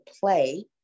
play